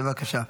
בבקשה.